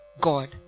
God